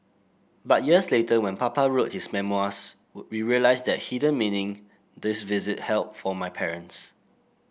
but years later when Papa wrote his memoirs we realised the hidden meaning this visit held for my parents